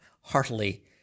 heartily